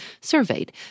surveyed